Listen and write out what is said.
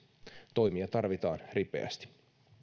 toimia tarvitaan ripeästi